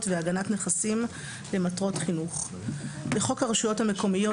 והגנת נכסים למטרות חינוך( 18. בחוק הרשויות המקומיות